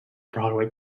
broadway